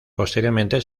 posteriormente